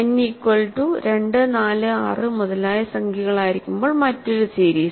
N equal to 2 4 6 മുതലായ സംഖ്യകളായിരിക്കുമ്പോൾ മറ്റൊരു സീരീസ്